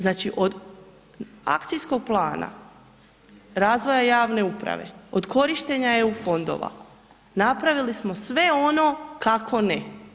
Znači od akcijskog plana razvoja javne uprave, od korištenja EU fondova, napravili smo sve ono kako ne.